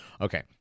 Okay